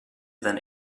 than